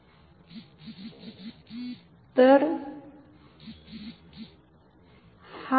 तर एक उपाय हा आहे